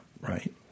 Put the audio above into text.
Right